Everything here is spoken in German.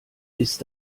ist